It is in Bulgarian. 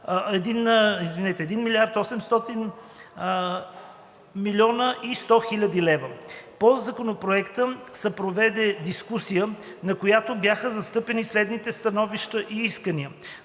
млн. лв. на 1 800,1 млн. лева. По Законопроекта се проведе дискусия, на която бяха застъпени следните становища и искания: